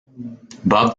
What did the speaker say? bob